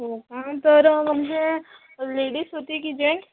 हो का तर म्हणजे लेडीज होती की जेन्ट्स